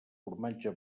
formatge